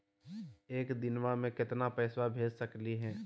एक दिनवा मे केतना पैसवा भेज सकली हे?